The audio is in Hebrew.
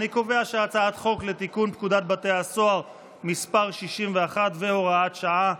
אני קובע שהצעת חוק לתיקון פקודת בתי הסוהר (מס' 61 והוראת שעה),